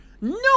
No